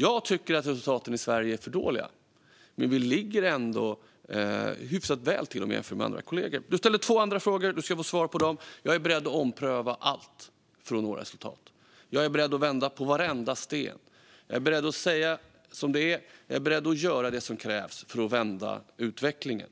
Jag tycker att resultaten i Sverige är för dåliga, men vi ligger ändå hyfsat väl till om vi jämför med andra kollegor. Du ställde två frågor, Adam Marttinen, och du ska få svar på dem: Jag är beredd att ompröva allt för att nå resultat. Jag är beredd att vända på varenda sten. Jag är beredd att säga som det är, och jag är beredd att göra det som krävs för att vända utvecklingen.